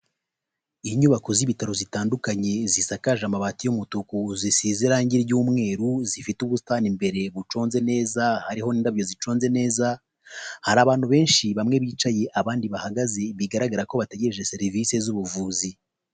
Inyubako z'ibitaro zitandukanye zisakaje amabati y'umutuku zisize irangi ry'umweru, zifite ubusitani imbere buconze neza, hariho n'indabyo ziconze neza. Hari abantu benshi bamwe bicaye abandi bahagaze bigaragara ko bategereje serivisi z'ubuvuzi.